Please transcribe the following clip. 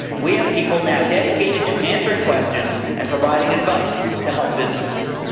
we have people now dedicated to answering questions and providing advice to help businesses.